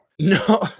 No